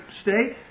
state